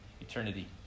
eternity